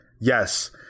Yes